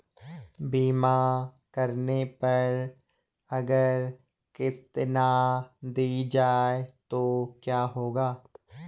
बीमा करने पर अगर किश्त ना दी जाये तो क्या होगा?